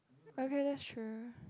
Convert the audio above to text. okay that's true